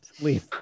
Leave